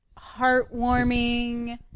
heartwarming